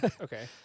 okay